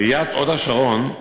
עיריית הוד-השרון,